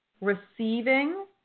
receiving